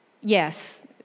Yes